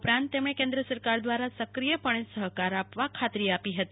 ઉપરાંત તેમણે કેન્દ્ર સરકાર દ્વારા સક્રિયપણે સહકાર આપવા ખાતરી આપી હતી